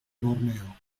borneo